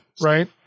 right